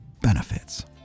benefits